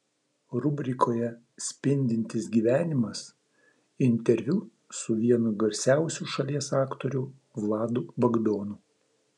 rubrikoje spindintis gyvenimas interviu su vienu garsiausių šalies aktorių vladu bagdonu